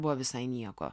buvo visai nieko